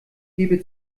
gebe